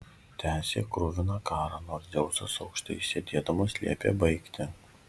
tęsė kruviną karą nors dzeusas aukštai sėdėdamas liepė baigti